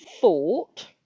Thought